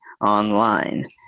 online